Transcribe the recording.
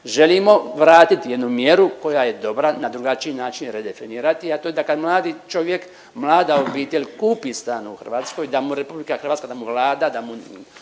Želimo vratiti jednu mjeru koja je dobra, na drugačiji način redefinirati, a to je da kad mladi čovjek, mlada obitelj kupi stan u Hrvatskoj, da mu RH, da mu Vlada,